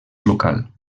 local